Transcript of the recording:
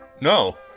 No